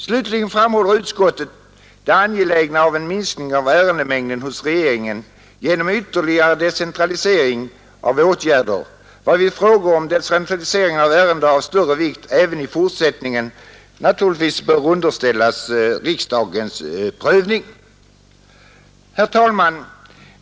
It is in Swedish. Slutligen framhåller utskottet det angelägna i en minskning av ärendemängden hos regeringen genom ytterligare decentralisering av åtgärder, varvid frågor om decentralisering av ärenden av större vikt även i fortsättningen naturligtvis bör underställas riksdagens prövning. Herr talman!